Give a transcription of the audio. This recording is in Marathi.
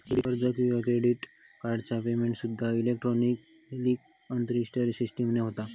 कर्ज किंवा क्रेडिट कार्डचा पेमेंटसूद्दा इलेक्ट्रॉनिक क्लिअरिंग सिस्टीमने होता